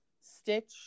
Stitch